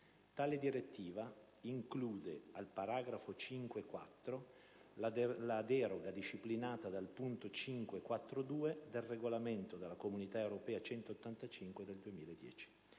Tale direttiva include, al paragrafo 5.4, la deroga disciplinata dal punto 5.4.2 del regolamento dell'Unione europea n. 185 del 2010,